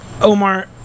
Omar